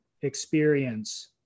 experience